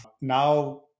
Now